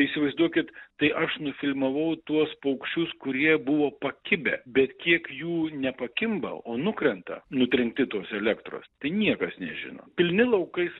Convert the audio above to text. įsivaizduokit tai aš nufilmavau tuos paukščius kurie buvo pakibę bet kiek jų nepakimba o nukrenta nutrenkti tos elektros tai niekas nežino pilni laukai